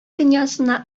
дөньясына